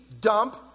dump